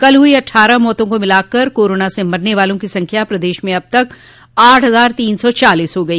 कल हुई अट्ठारह मौतों को मिलकार कोरोना से मरने वालों की संख्या प्रदेश में अब आठ हजार तीन सौ चालीस हो गई